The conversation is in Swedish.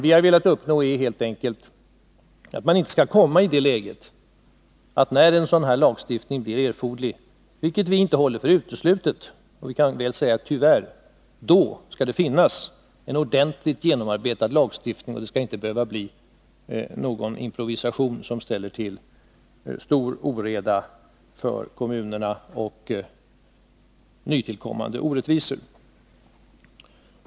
Vi har velat uppnå att man inte skall komma i det läget — vilket vi tyvärr inte håller för uteslutet — att man inte har en ordentligt genomarbetad lagstiftning, när det behövs. Man skall inte behöva ta till improvisationer som ställer till stor oreda för kommunerna och leder till nya orättvisor.